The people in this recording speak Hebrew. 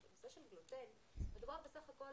מדובר בסך הכול